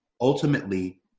ultimately